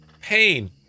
pain